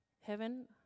heaven